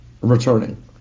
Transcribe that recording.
Returning